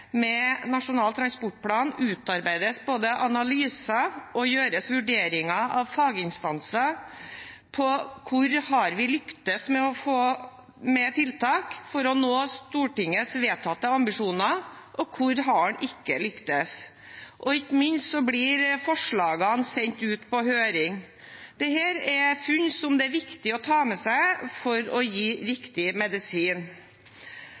med Nasjonal transportplan både utarbeides analyser og gjøres vurderinger av faginstanser av hvor vi har lyktes med tiltak for å nå Stortingets vedtatte ambisjoner – og hvor vi ikke har lyktes. Ikke minst blir forslagene sendt ut på høring. Dette er funn som det er viktig å ta med seg for å gi